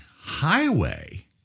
highway